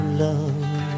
love